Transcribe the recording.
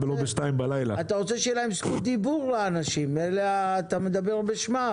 אתה רוצה שלאנשים יהיה זכות דיבור, תן להם לדבר.